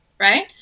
right